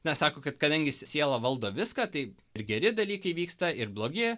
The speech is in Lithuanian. mes sako kad kadangi jis siela valdo viską tai ir geri dalykai vyksta ir blogi